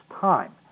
time